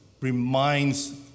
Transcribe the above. reminds